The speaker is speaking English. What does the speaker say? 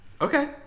Okay